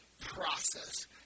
process